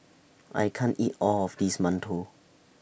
I can't eat All of This mantou